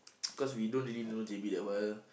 cause we don't really know J)B that well